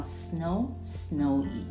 snow，snowy，